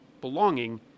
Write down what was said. belonging